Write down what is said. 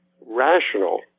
rational